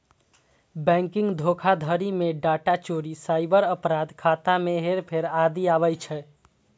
banking धोखाधड़ी मे data चोरी, साइबर अपराध, खाता मे हेरफेर आदि आबै छै